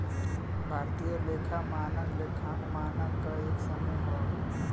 भारतीय लेखा मानक लेखांकन मानक क एक समूह हौ